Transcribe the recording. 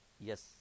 Yes